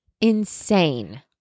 insane